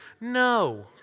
No